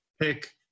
pick